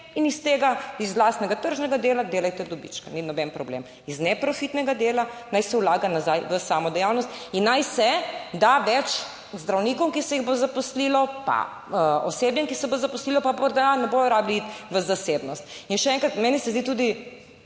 in iz tega, iz lastnega tržnega dela delajte dobička, ni noben problem. **38. TRAK (VI) 12.15** (Nadaljevanje) Iz neprofitnega dela naj se vlaga nazaj v samo dejavnost in naj se da več zdravnikom, ki se jih bo zaposlilo, pa osebju, ki se bo zaposlilo, pa morda ne bodo rabili iti v zasebno. In še enkrat, meni se zdi tudi